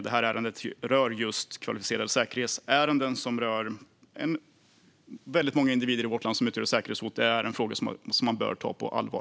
Det här ärendet rör just kvalificerad säkerhet. Det är väldigt många individer i vårt land som utgör ett säkerhetshot, och det är en fråga som man bör ta på allvar.